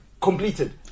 Completed